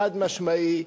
חד-משמעי.